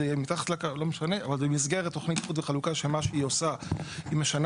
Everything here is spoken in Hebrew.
אבל במסגרת תוכנית איחוד וחלוקה שמה שהיא עושה היא משנה